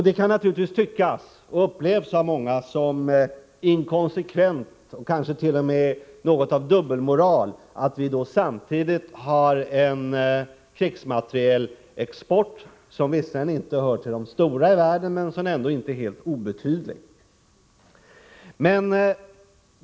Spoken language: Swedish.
Det kan naturligtvis tyckas — och det upplevs så av många — vara inkonsekvent och kanske t.o.m. innebära något av dubbelmoral att vi samtidigt har en krigsmaterielexport som visserligen inte hör till de stora i världen men som ändå inte är helt obetydlig.